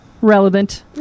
relevant